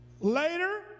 Later